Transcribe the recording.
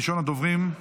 ראשון הדוברים,